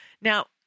Now